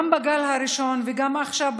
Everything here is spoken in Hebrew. גם בגל ראשון וגם עכשיו,